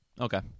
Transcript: Okay